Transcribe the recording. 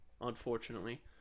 unfortunately